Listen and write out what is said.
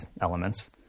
elements